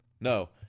no